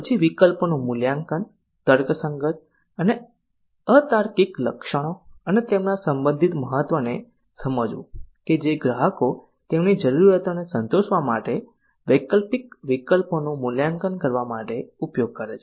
પછી વિકલ્પોનું મૂલ્યાંકન તર્કસંગત અને અતાર્કિક લક્ષણો અને તેમના સંબંધિત મહત્વને સમજવું કે જે ગ્રાહકો તેમની જરૂરિયાતને સંતોષવા માટે વૈકલ્પિક વિકલ્પોનું મૂલ્યાંકન કરવા માટે ઉપયોગ કરે છે